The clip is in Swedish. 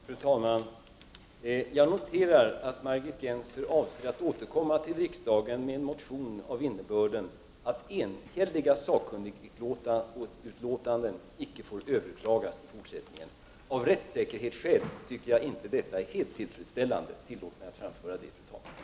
Fru talman! Jag noterar att Margit Gennser avser att återkomma till riksdagen med en motion av innebörden att enhälliga sakkunnigutlåtanden icke får överklagas i fortsättningen. Av rättssäkerhetsskäl tycker jag inte att detta är helt tillfredsställande. Låt mig få framföra detta, fru talman.